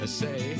say